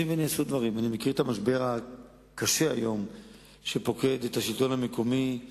אני מכיר את המשבר הקשה שפוקד היום את